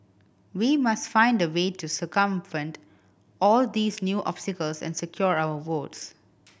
we must find a way to circumvent all these new obstacles and secure our votes